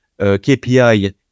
KPI